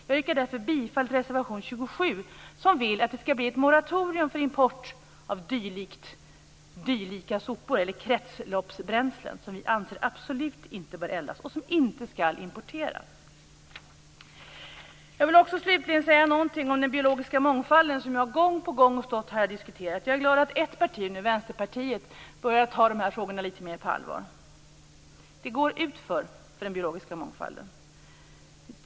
Jag yrkar därför bifall till reservation 27 där man föreslår ett moratorium för import av dylika sopor eller kretsloppsbränslen som absolut inte bör eldas och som absolut inte skall importeras. Slutligen vill jag säga någonting om den biologiska mångfalden som jag gång på gång här har diskuterat. Jag är glad att ett parti - Vänsterpartiet - nu börjar att ta dessa frågor litet mer på allvar. Det går utför med den biologiska mångfalden.